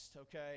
okay